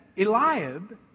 Eliab